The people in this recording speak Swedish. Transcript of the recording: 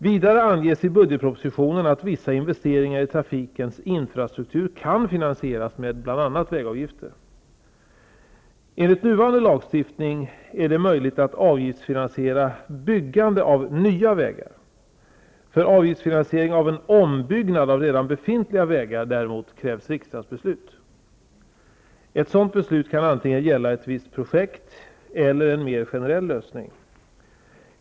Vidare anges i budgetpropositionen att vissa investeringar i trafikens infrastruktur kan finansieras med bl.a. Enligt nuvarande lagstiftning är det möjligt att avgiftsfinansiera byggande av nya vägar. För avgiftsfinansiering av en ombyggnad av redan befintliga vägar krävs däremot riksdagsbeslut. Ett sådant beslut kan antingen gälla ett visst projekt eller en mer generell lösning.